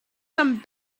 some